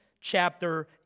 chapter